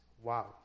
Wow